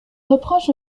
reproche